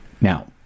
Now